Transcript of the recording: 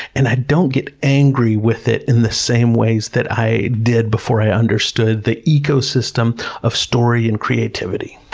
and i don't get angry with it in the same ways that i did before i understood the ecosystem of story and creativity.